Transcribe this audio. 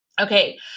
Okay